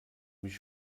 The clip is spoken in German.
mich